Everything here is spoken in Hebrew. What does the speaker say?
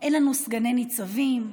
אין לנו סגני ניצבים,